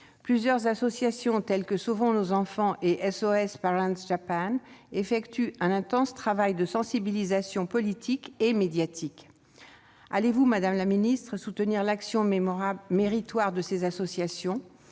Plusieurs associations, telles que Sauvons nos enfants Japon et SOS Parents Japan, effectuent un intense travail de sensibilisation politique et médiatique. Allez-vous, madame la ministre, soutenir l'action méritoire de ces associations ?